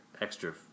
extra